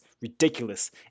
ridiculous